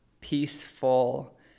peaceful